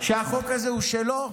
שהחוק הזה הוא שלו?